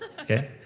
Okay